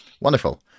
wonderful